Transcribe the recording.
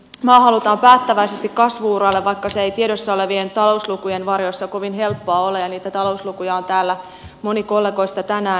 maa halutaan päättäväisesti kasvu uralle vaikka se ei tiedossa olevien talouslukujen varjossa kovin helppoa ole ja niitä talouslukuja on moni kollegoista täällä tänään esittänyt